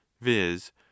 viz